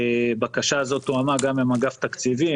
הבקשה הזו תואמה גם עם אגף התקציבים,